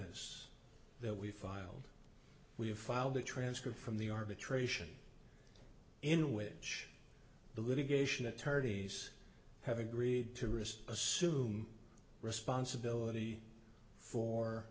es that we filed we have filed a transcript from the arbitration in which the litigation attorneys have agreed to risk assume responsibility for